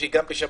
החוקה,